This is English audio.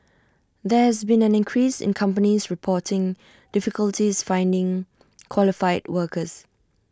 there has been an increase in companies reporting difficulties finding qualified workers